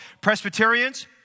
Presbyterians